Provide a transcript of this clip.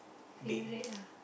favourite ah